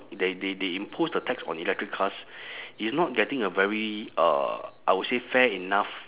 they they they impose the tax on electric cars it's not getting a very uh I would say fair enough